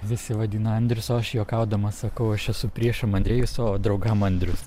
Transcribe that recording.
visi vadina andrius o aš juokaudamas sakau aš esu priešam andrejus o draugam andrius